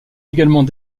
également